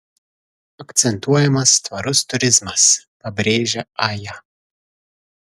akcentuojamas tvarus turizmas pabrėžia aja